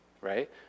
right